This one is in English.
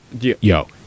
yo